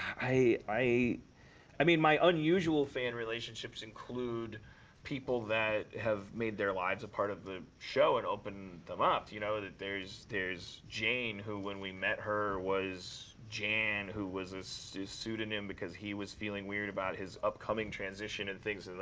i i mean, my unusual fan relationships include people that have made their lives a part of the show, and opened them up. you know? there's there's jane, who, when we met her, was jan. who was so his pseudonym, because he was feeling weird about his upcoming transition, and things.